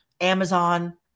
Amazon